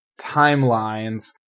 timelines